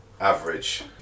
average